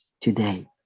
today